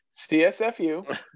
CSFU